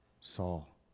Saul